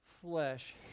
flesh